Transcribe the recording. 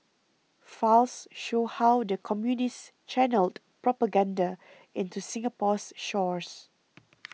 files show how the Communists channelled propaganda into Singapore's shores